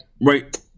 right